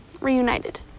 Reunited